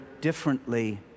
differently